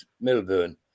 milburn